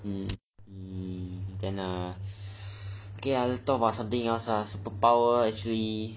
mmhmm